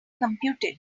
computed